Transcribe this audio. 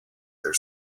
their